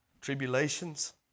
tribulations